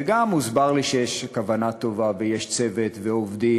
וגם הוסבר לי שיש כוונה טובה ויש צוות ועובדים,